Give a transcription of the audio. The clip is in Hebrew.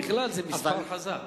7 בכלל זה מספר חזק.